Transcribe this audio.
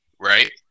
right